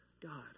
God